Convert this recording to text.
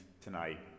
tonight